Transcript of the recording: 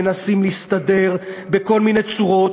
מנסים להסתדר בכל מיני צורות.